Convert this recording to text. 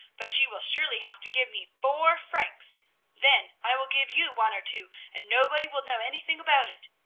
but she will surely have to give me four francs then i will give you one or two, and nobody will know anything about it.